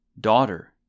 Daughter